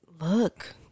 look